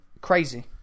crazy